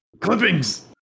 clippings